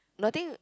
nothing